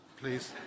please